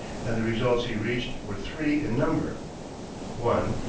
and the results he reached were three in number one.